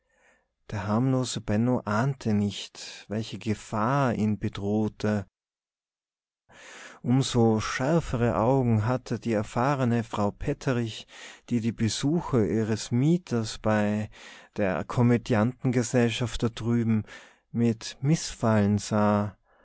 der harmlose benno ahnte nicht welche gefahr ihn bedrohte um so schärfere augen hatte die erfahrene frau petterich die die besuche ihres mieters bei dere komödiantegesellschaft da driwwe mit mißfallen sah